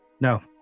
no